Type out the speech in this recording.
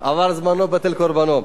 עבר זמנו בטל קורבנו.